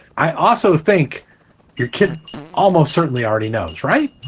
i also think you could almost certainly already knows, right?